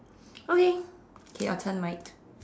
okay okay your turn mate